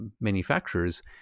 manufacturers